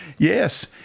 Yes